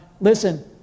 Listen